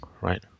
right